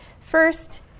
First